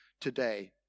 today